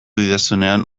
didazunean